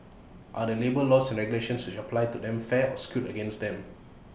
are the labour laws and regulations which apply to them fair or skewed against them